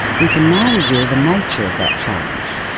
we can now reveal the nature of that challenge.